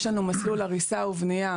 יש לנו מסלול הריסה ובנייה,